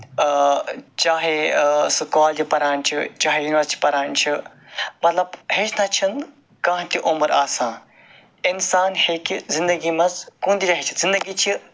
اۭں چاہے سُہ کالجہِ پَران چھُ چاہے یُنوَرسٹی پَران چھُ مطلب ہٮ۪چھنَس چھُہٕ کانہہ تہِ عمر آسان اِنسان ہٮ۪کہِ زِندگی منٛز کُنہِ تہِ جایہِ ہٮ۪چھِتھ